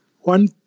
One